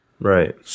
Right